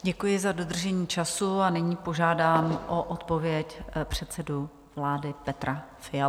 Děkuji za dodržení času a nyní požádám o odpověď předsedu vlády Petra Fialu.